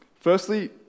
Firstly